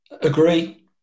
Agree